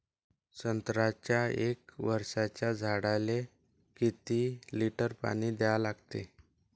संत्र्याच्या एक वर्षाच्या झाडाले किती लिटर पाणी द्या लागते?